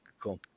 Cool